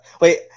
Wait